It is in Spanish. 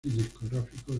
discográfico